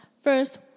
First